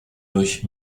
durch